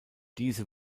diese